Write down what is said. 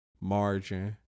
margin